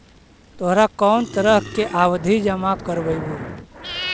तोहरा कौन तरह के आवधि जमा करवइबू